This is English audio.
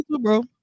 bro